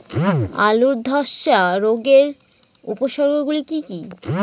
আলুর ধ্বসা রোগের উপসর্গগুলি কি কি?